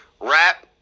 rap